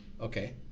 Okay